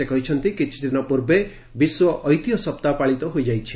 ସେ କହିଛନ୍ତି କିଛିଦିନ ପୂର୍ବେ ବିଶ୍ୱ ଐତିହ୍ୟ ସପ୍ତାହ ପାଳିତ ହୋଇଯାଇଛି